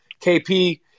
KP